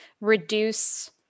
reduce